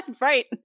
Right